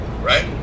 right